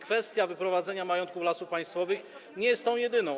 Kwestia wyprowadzenia majątku Lasów Państwowych nie jest jedyna.